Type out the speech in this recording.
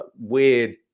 weird